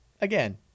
again